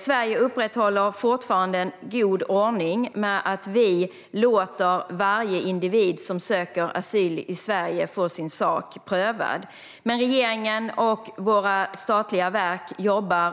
Sverige upprätthåller fortfarande en god ordning, där vi låter varje individ som söker asyl i Sverige få sin sak prövad. Regeringen och våra statliga verk jobbar